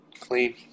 clean